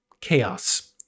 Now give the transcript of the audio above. chaos